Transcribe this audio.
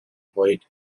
hoyt